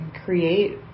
create